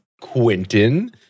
Quentin